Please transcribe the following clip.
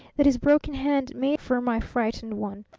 that his broken hand made for my frightened one.